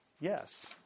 Yes